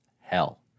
hell